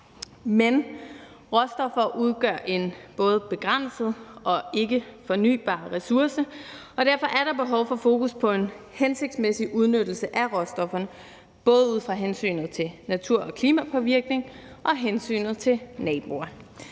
Men råstoffer udgør en både begrænset og ikkefornybar ressource, og derfor er der behov for fokus på en hensigtsmæssig udnyttelse af råstofferne, både ud fra hensynet til natur- og klimapåvirkning og hensynet til naboer.